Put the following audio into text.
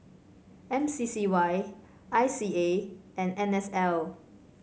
M C C Y I C A and N S L